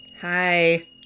Hi